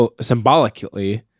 symbolically